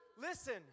Listen